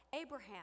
Abraham